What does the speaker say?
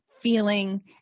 feeling